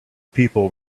people